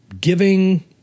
giving